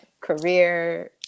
career